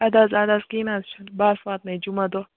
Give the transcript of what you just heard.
اَدٕ حظ اَدٕ حظ کیٚنٛہہ نہٕ حظ چھُنہٕ بہٕ حظ واتناو یہِ جُمعہ دۄہ